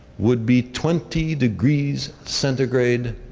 would be twenty degrees centigrade,